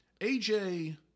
AJ